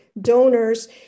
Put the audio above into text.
donors